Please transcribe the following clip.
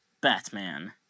Batman